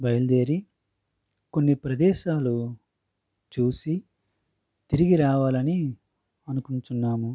బయలుదేరి కొన్ని ప్రదేశాలు చూసి తిరిగి రావాలని అనుకుంటున్నాము